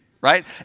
right